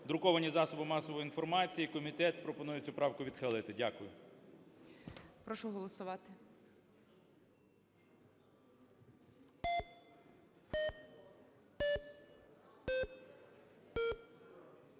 друковані засоби масової інформації. І комітет пропонує цю правку відхилити. Дякую. ГОЛОВУЮЧИЙ. Прошу голосувати.